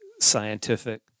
scientific